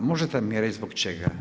A možete mi reći zbog čega?